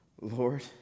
Lord